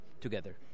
together